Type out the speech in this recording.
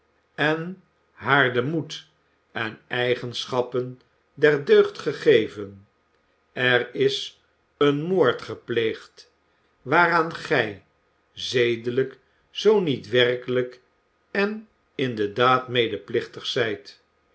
en haar den moed en de eigenschappen der deugd gegeven er is een moord gepleegd waaraan gij zedelijk zoo niet werkelijk en in de daad medeplichtig rijt